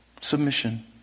submission